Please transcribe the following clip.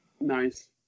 Nice